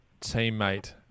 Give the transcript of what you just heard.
teammate